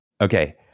Okay